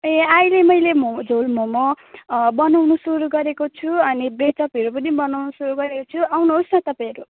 ए अहिले मैले झोल मोमो बनाउनु सुरु गरेको छु अनि ब्रेड चपहरू पनि बनाउन सुरु गरेको छु आउनुहोस् न तपाईँ